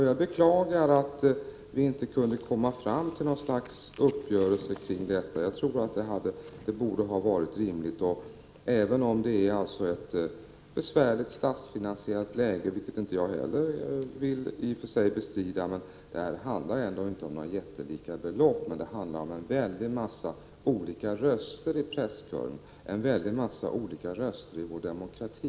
Jag beklagar att vi inte kunde komma fram till något slags uppgörelse om detta. Det borde ha varit rimligt. Inte heller jag vill i och för sig bestrida att vi har ett besvärligt statsfinansiellt läge, men det handlar inte om några jättelika belopp. Å andra sidan rör det sig om ett stort antal röster i presskören och om en stor mängd röster i vår demokrati.